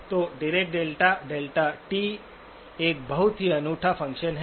तो Dirac delta δ एक बहुत ही अनूठा फंक्शन है